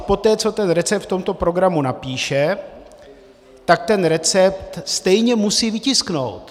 Poté co ten recept v tomto programu napíše, tak ten recept stejně musí vytisknout.